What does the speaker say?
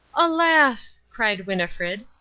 alas! cried winnifred,